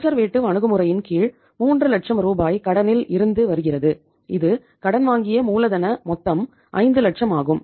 conservative அணுகுமுறையின் கீழ் 3 லட்சம் ரூபாய் கடனில் இருந்து வருகிறது இது கடன் வாங்கிய மூலதன மொத்தம் 5 லட்சம் ஆகும்